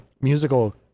musical